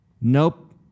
Nope